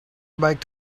biked